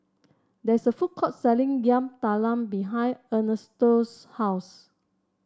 there is a food court selling Yam Talam behind Ernesto's house